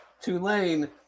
Tulane